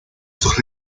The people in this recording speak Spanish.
sus